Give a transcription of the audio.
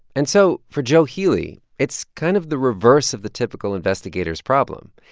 and so for joe healy, it's kind of the reverse of the typical investigator's problem.